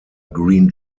green